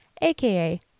aka